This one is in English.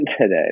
today